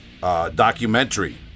documentary